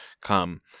come